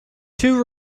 two